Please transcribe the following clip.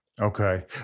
Okay